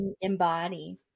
embody